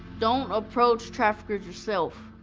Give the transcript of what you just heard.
don't approach traffickers yourself.